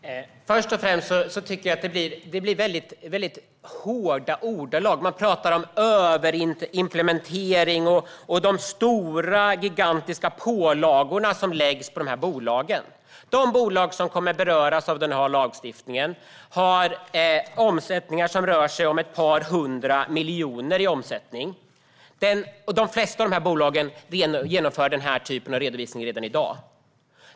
Fru talman! Först och främst tycker jag att det blir väldigt hårda ordalag. Man pratar om överimplementering och de gigantiska pålagor som läggs på de här bolagen. Men de bolag som kommer att beröras av den här lagstiftningen har ett par hundra miljoner i omsättning, och de flesta av de bolagen genomför den här typen av redovisning redan i dag.